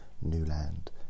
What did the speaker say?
Newland